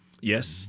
Yes